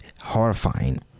horrifying